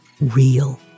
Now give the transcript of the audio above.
real